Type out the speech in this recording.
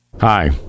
Hi